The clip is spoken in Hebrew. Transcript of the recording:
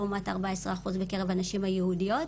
לעומת ארבע עשרה אחוז בקרב הנשים היהודיות.